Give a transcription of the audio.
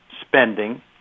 spending